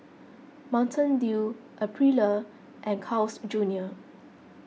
Mountain Dew Aprilia and Carl's Junior